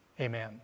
Amen